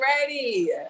ready